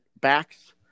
backs